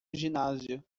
ginásio